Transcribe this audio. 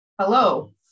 hello